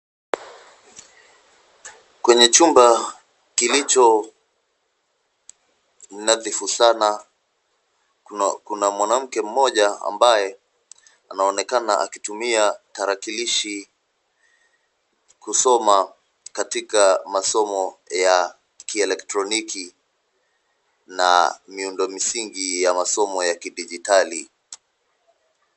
Kwenye chumba kilicho nadhifu sana kuna mwanamke mmoja ambaye anaonekana akitumia tarakilishi kusoma katika masomo ya kielektroniki na miundo misingi ya masomo ya kidijitali.